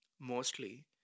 mostly